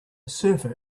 surfer